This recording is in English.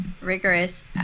rigorous